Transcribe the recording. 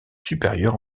supérieures